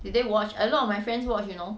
did they watch a lot of my friends watch you know